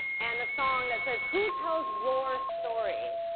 and the song that says who tells your story